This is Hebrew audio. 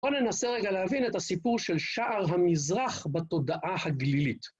בואו ננסה רגע להבין את הסיפור של שער המזרח בתודעה הגלילית.